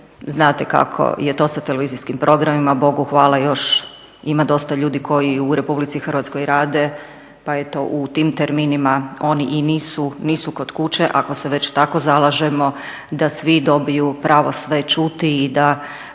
Znate kako je to sa televizijskim programima. Bogu hvala još ima dosta ljudi koji u Republici Hrvatskoj rade, pa eto u tim terminima oni i nisu kod kuće. Ako se već tako zalažemo da svi dobiju pravo sve čuti i da